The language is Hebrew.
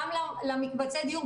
גם למקבצי דיור,